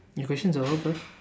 your questions are over